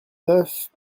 neuf